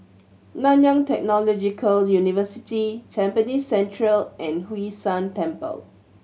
Nanyang Technological University Tampines Central and Hwee San Temple